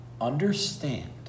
understand